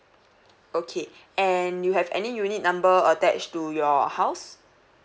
okay and you have any unit number attached to your house